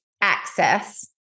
access